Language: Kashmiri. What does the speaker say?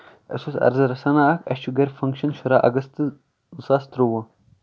اَسہِ اوس عرضہٕ رَژھ ۂنہ اکھ اَسہِ چھُ گرِ فنکشن شُرہ اَگست زٕ ساس ترٛۆوُہ